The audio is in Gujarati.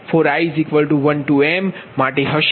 m માટે હશે